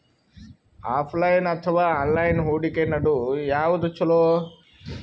Offline ಅಥವಾ online ಹೂಡಿಕೆ ನಡು ಯವಾದ ಛೊಲೊ?